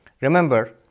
Remember